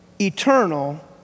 eternal